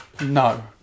No